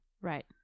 Right